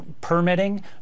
permitting